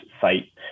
site